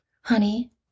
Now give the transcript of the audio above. honey